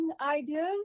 ideas